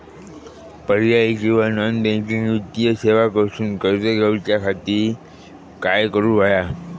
पर्यायी किंवा non banking वित्तीय सेवा कडसून कर्ज घेऊच्या खाती काय करुक होया?